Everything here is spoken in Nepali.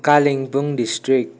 कालिम्पोङ डिस्ट्रिक्ट